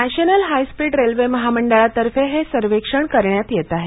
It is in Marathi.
नॅशनल हाय स्पीड रेल्वे महामंडळातर्फे हे सर्वेक्षण करण्यात येत आहे